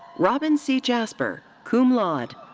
robin c. jasper, cum laude.